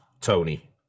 Tony